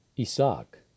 Isaac